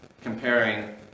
comparing